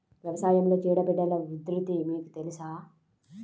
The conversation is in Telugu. వ్యవసాయంలో చీడపీడల ఉధృతి మీకు తెలుసా?